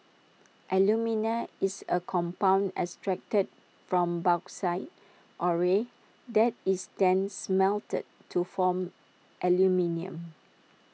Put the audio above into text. alumina is A compound extracted from bauxite ore that is then smelted to form aluminium